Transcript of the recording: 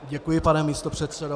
Děkuji, pane místopředsedo.